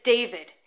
David